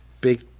big